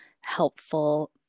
helpful